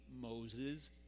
Moses